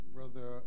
Brother